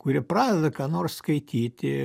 kurie pradeda ką nors skaityti